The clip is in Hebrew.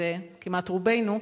שזה כמעט רובנו,